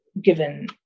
given